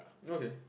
okay